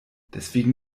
deswegen